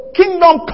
kingdom